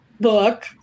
book